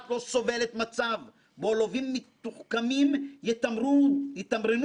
ארביטראז' רגולטורי ויבחרו את הזירה בה ייהנו ממרב ההקלות.